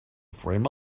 frame